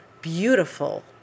beautiful